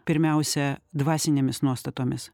pirmiausia dvasinėmis nuostatomis